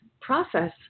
process